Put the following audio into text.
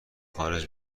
خارج